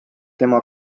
tema